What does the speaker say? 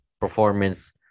performance